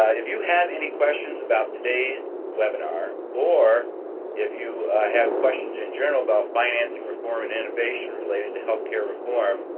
ah if you have any questions about today's webinar or if you have questions in general about financing reform and innovation related to healthcare reform,